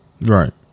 Right